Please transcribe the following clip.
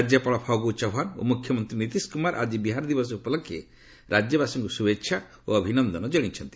ରାଜ୍ୟପାଳ ଫଗୁ ଚୌହାନ ଓ ମୁଖ୍ୟମନ୍ତ୍ରୀ ନୀତିଶ କୁମାର ଆଜି ବିହାର ଦିବସ ଉପଲକ୍ଷେ ରାଜ୍ୟବାସୀଙ୍କୁ ଶୁଭେଚ୍ଛା ଓ ଅଭିନନ୍ଦନ ଜଣାଇଛନ୍ତି